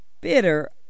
bitter